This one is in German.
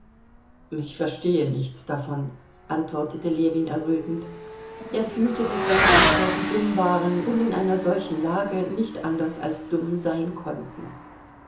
ich verstehe nichts davon antwortete ljewin errötend er fühlte daß seine antworten dumm waren und in einer solchen lage nicht anders als dumm sein konnten